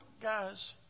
guys